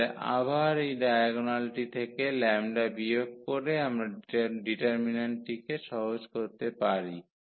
তাহলে আবার এই ডায়াগোনালটি থেকে λ বিয়োগ করে আমরা ডিটারমিন্যান্টটিকে সহজ করতে পারি